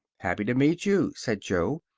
happy to meet you, said jo,